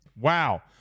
Wow